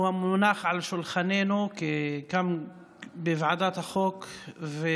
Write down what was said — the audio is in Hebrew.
על שולחננו בוועדת החוקה,